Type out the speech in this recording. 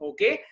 Okay